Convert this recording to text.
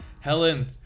Helen